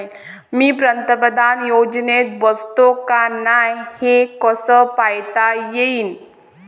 मी पंतप्रधान योजनेत बसतो का नाय, हे कस पायता येईन?